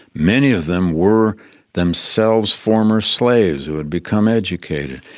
many of them were themselves former slaves who had become educated.